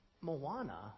Moana